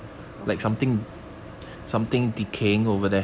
okay